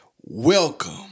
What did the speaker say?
Welcome